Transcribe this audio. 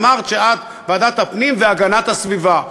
אמרת שאת ועדת הפנים והגנת הסביבה.